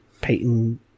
Peyton